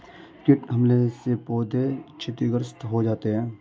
कीट हमले से पौधे क्षतिग्रस्त हो जाते है